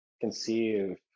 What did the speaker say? conceive